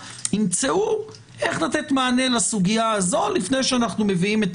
ימצאו איך לתת מענה לסוגיה הזו לפני שאנחנו מביאים את